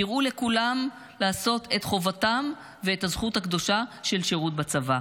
קראו לכולם לעשות את חובתם ואת הזכות הקדושה של שירות בצבא.